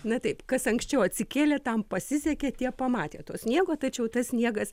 na taip kas anksčiau atsikėlė tam pasisekė tie pamatė to sniego tačiau tas sniegas